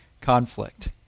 conflict